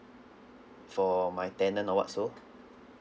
for my tenant or what so